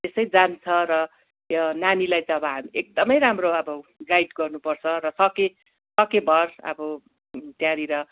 त्यसै जान्छ र यो नानीलाई त अब हामी एकदमै राम्रो अब गाइड गर्नु पर्छ र सके सक भर अब त्यहाँनिर